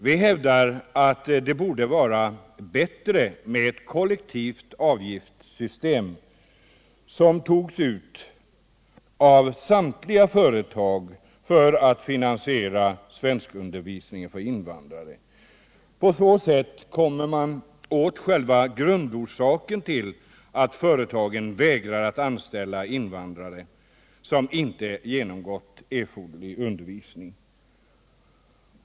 Vi hävdar att det borde vara bättre med ett kollektivt avgiftssystem, som togs ut av samtliga företag för att finansiera svenskundervisningen för invandrare. På så sätt kommer man åt själva grundorsakerna till att företagen vägrar att anställa invandrare som inte genomgått erforderlig undervisning.